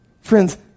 Friends